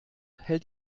hält